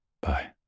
Bye